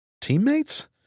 teammates